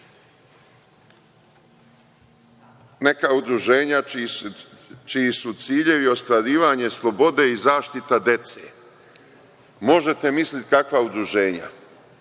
Neka udruženja, čiji su ciljevi ostvarivanje slobode i zaštita dece, možete misliti kakva udruženja.